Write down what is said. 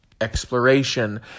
exploration